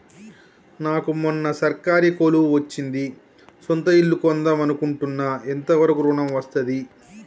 నాకు మొన్న సర్కారీ కొలువు వచ్చింది సొంత ఇల్లు కొన్దాం అనుకుంటున్నా ఎంత వరకు ఋణం వస్తది?